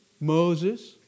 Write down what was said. Moses